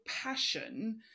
passion